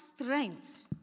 strength